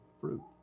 fruit